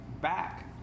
back